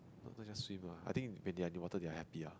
not just swim lah I think when they are in the water they will happy ah